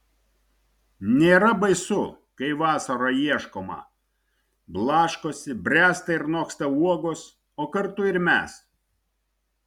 nėra baisu kai vasarą ieškoma blaškosi bręsta ir noksta uogos o kartu ir mes